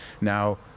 Now